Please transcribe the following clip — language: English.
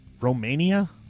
Romania